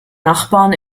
nachbarn